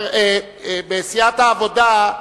בסיעת העבודה,